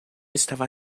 estava